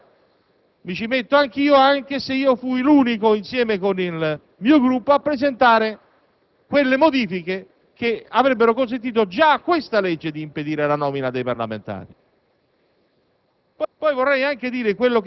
ma facciamo un'autocritica generale, mi ci metto anch'io, anche se fui l'unico insieme con il mio Gruppo a presentare le modifiche che avrebbero consentito già a quella legge di impedire la nomina dei parlamentari.